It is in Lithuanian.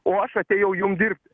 o aš atėjau jum dirbti